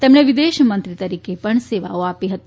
તેમણે વિદેશ મંત્રી તરીકે પણ સેવા આપી હતી